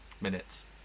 Minutes